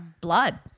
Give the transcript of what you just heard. blood